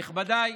נכבדיי,